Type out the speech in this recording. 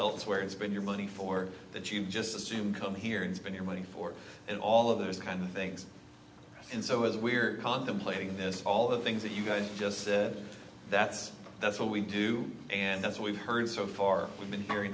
elsewhere it's been your money for that you just assume come here and spend your money for and all of those kind of things and so as we're contemplating this all the things that you guys just said that's that's what we do and that's what we've heard so far we've been hearing